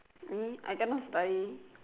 me I cannot study